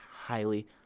highly